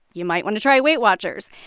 you might want to try weight watchers.